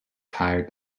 tired